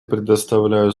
предоставляю